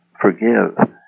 forgive